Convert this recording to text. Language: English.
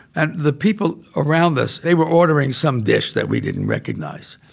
and the people around us, they were ordering some dish that we didn't recognize,